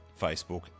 Facebook